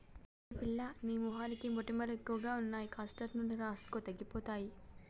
ఓయ్ పిల్లా నీ మొహానికి మొటిమలు ఎక్కువగా ఉన్నాయి కాస్టర్ నూనె రాసుకో తగ్గిపోతాయి